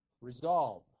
Resolve